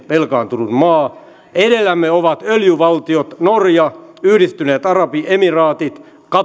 velkaantunut maa edellämme ovat öljyvaltiot norja yhdistyneet arabiemiraatit